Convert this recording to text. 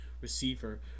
receiver